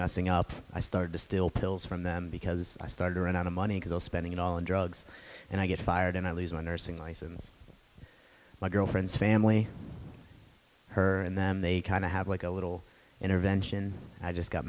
messing up i started to still pills from them because i started to run out of money because i was spending it all in drugs and i get fired and i lose my nursing license my girlfriend's family her and then they kind of have like a little intervention i just got